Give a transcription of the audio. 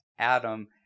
Adam